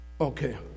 Okay